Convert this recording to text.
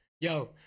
Yo